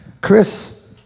Chris